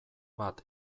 bat